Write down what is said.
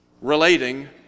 Relating